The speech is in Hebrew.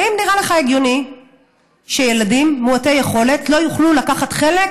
האם נראה לך הגיוני שילדים מעוטי יכולת לא יוכלו לקחת חלק